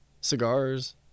cigars